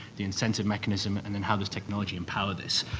the incentive mechanism, and then how does technology empower this?